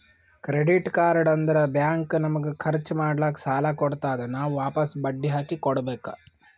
credit card ಅಂದುರ್ bank ನಮಗ ಖರ್ಚ್ ಮಾಡ್ಲಾಕ್ ಸಾಲ ಕೊಡ್ತಾದ್, ನಾವ್ ವಾಪಸ್ ಬಡ್ಡಿ ಹಾಕಿ ಕೊಡ್ಬೇಕ